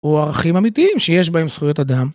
או ערכים אמיתיים שיש בהם זכויות אדם.